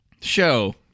show